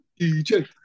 DJ